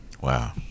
Wow